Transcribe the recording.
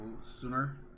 sooner